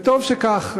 וטוב שכך.